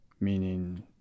meaning